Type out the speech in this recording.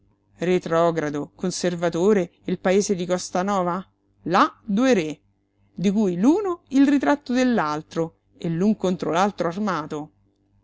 socialista retrogrado conservatore il paese di costanova là due re di cui l'uno il ritratto dell'altro e l'un contro l'altro armato